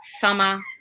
summer